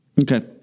Okay